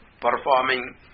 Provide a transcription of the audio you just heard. performing